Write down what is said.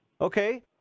Okay